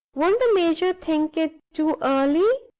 won't the major think it too early?